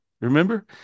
Remember